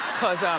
cause um